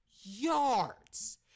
yards